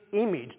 image